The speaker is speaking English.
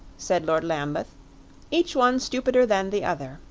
said lord lambeth each one stupider than the other.